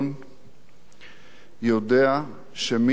יודע שמי שנשא בנטל